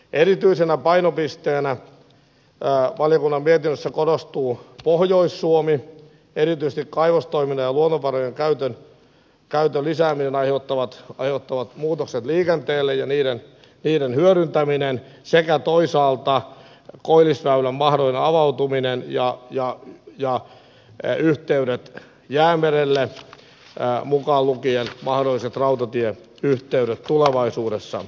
erityisenä painopisteenä valiokunnan mietinnössä korostuu pohjois suomi erityisesti kaivostoiminnan ja luonnonvarojen käytön lisäämisen aiheuttamat muutokset liikenteelle ja niiden hyödyntäminen sekä toisaalta koillisväylän mahdollinen avautuminen ja yhteydet jäämerelle mukaan lukien mahdolliset rautatieyhteydet tulevaisuudessa